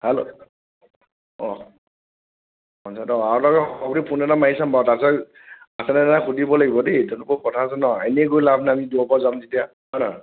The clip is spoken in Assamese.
কাইলৈ অ' আৰু লাগে সভাপতিক ফোন এটা মাৰি চাম তাৰপিছত আছে নে নাই সুধিব লাগিব দেই তেওঁলোকৰো কথা আছে নহয় এনেই গৈ লাভ নাই আমি দূৰৰ পৰা যাম যেতিয়া হয় নহয়